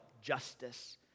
justice